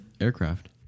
aircraft